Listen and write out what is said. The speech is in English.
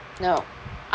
no I